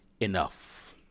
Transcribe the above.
enough